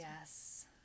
Yes